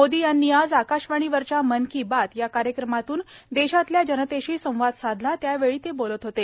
मोदी यांनी आज आकाशवाणीवरच्या मन की बात या कार्यक्रमातून देशातल्या जनतेशी संवाद साधला त्यावेळी ते बोलत होते